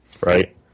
Right